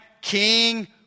king